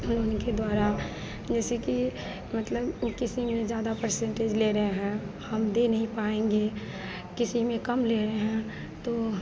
हम उनके द्वारा जैसे कि मतलब वो किसी में ज़्यादा पर्सेन्टेज ले रहे हैं हम दे नहीं पाएँगे किसी में कम ले रहे हैं तो